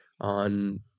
On